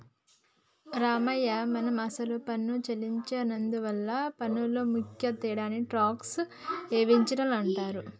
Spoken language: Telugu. రామయ్య మనం అసలు పన్ను సెల్లించి నందువలన పన్నులో ముఖ్య తేడాని టాక్స్ ఎవేజన్ అంటారు